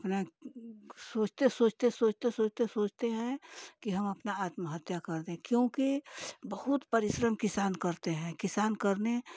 अपना सोचते सोचते सोचते सोचते सोचते सोचते हैं कि हम अपना आत्महत्या कर दें क्योंकि बहुत परिश्रम किसान करते हैं किसान करने